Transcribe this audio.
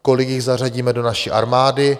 Kolik jich zařadíme do naší armády?